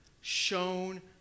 shown